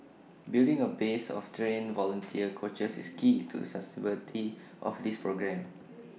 building A base of trained volunteer coaches is key to the sustainability of this programme